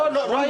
לא, לא.